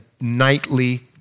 nightly